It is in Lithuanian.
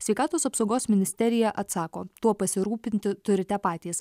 sveikatos apsaugos ministerija atsako tuo pasirūpinti turite patys